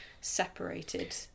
separated